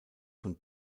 von